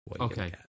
Okay